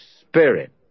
Spirit